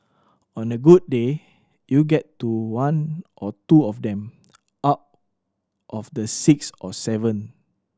on a good day you get to one or two of them out of the six or seven